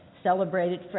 celebrated